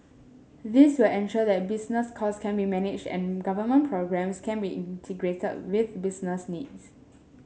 this will ensure that business cost can be managed and government programmes can be integrated with business needs